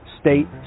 state